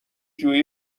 جوئی